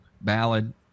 ballad